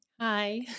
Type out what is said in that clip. Hi